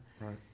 right